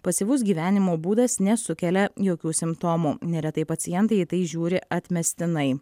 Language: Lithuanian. pasyvus gyvenimo būdas nesukelia jokių simptomų neretai pacientai į tai žiūri atmestinai